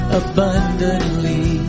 abundantly